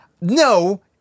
no